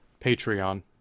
Patreon